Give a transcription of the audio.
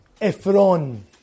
Ephron